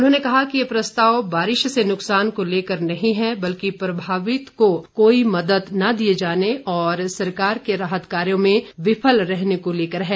उन्होंने कहा कि ये प्रस्ताव बारिश से नुकसान को लेकर नही है बल्कि प्रभावित को कोई मदद न दिए जाने और सरकार के राहत कार्यों में विफल रहने को लेकर है